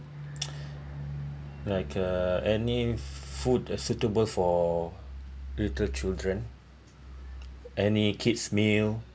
like uh any food suitable for little children any kids meal